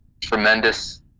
tremendous